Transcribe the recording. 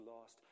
lost